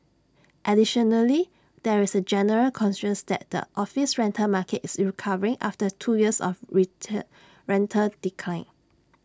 additionally there is A general consensus that the office rental market is recovering after two years of rental decline